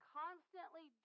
constantly